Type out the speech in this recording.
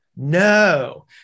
No